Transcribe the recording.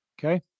Okay